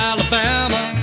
Alabama